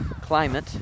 climate